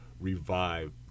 revive